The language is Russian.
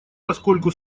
поскольку